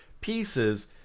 pieces